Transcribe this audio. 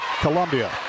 Columbia